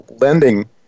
lending